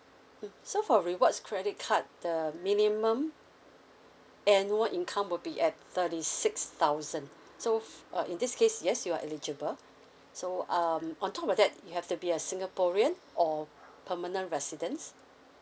mm so for rewards credit card the the minimum annual income will be at thirty six thousand so if uh in this case yes you are eligible so um on top of that you have to be a singaporean or permanent residents